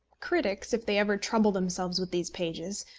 critics, if they ever trouble themselves with these pages,